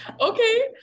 Okay